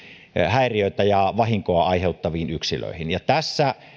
häiriötä ja vahinkoa aiheuttaviin yksilöihin tässä